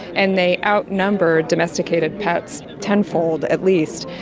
and they outnumber domesticated pets tenfold at least.